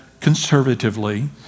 conservatively